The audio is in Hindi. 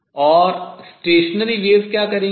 और अप्रगामी तरंगें क्या करेंगी